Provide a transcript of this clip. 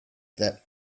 that